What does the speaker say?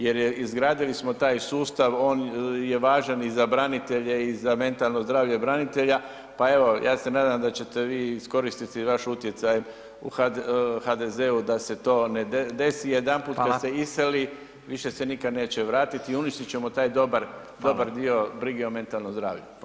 Jer izgradili smo taj sustav, on je važan i za branitelje i za mentalno zdravlje branitelja, pa evo ja se nadam da ćete vi iskoristiti vaš utjecaj u HDZ-u da se to ne desi [[Upadica: Hvala.]] jedanput kad se iseli više se nikad neće vratiti i uništit ćemo taj dobar, dobar dio brige o mentalnom zdravlju.